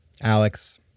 Alex